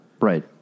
right